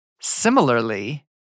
Similarly